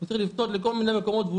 הוא צריך לפנות לכל מיני מקומות והוא